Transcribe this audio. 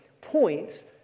points